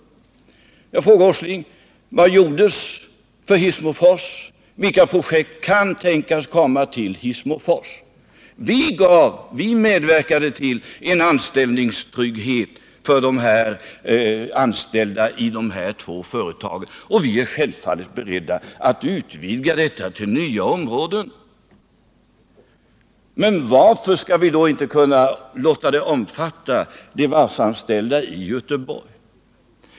Jag vill fråga Nils Åsling: Vad gjordes för Hissmofors? Vilka projekt kan tänkas komma dit? Vi medverkade till en anställningstrygghet för de anställda i dessa två företag, och vi är självfallet beredda att utvidga den till nya områden. Varför skall vi då inte kunna låta anställningstryggheten omfatta även de varvsanställda i Göteborg?